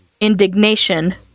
indignation